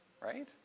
Right